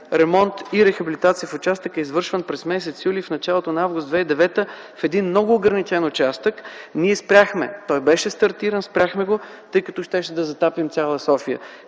ремонт и рехабилитация в участъка, извършван през м. юли и началото на м. август 2009 г. – в един много ограничен участък. Той беше стартирал, спряхме го, тъй като щяхме да затапим цяла София.